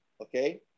Okay